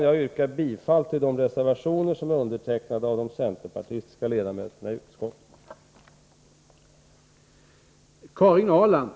Jag yrkar bifall till de reservationer som är undertecknade av de centerpartistiska ledamöterna i utskottet.